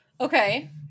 Okay